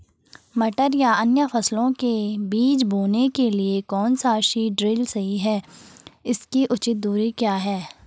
मटर या अन्य फसलों के बीज बोने के लिए कौन सा सीड ड्रील सही है इसकी उचित दूरी क्या है?